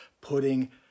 putting